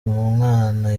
umwana